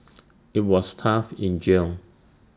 IT was tough in jail